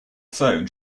phone